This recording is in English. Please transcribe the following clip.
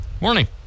Morning